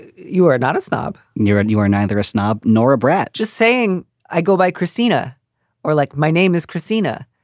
you are not a snob, nera. you are neither a snob nor a brat. just saying i go by christina or like my name is christina.